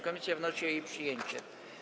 Komisja wnosi o jej przyjęcie.